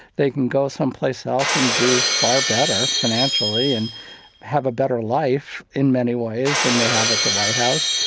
they can go someplace else and do far better financially and have a better life, in many ways, than they have at the white house.